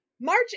March